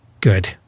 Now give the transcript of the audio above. Good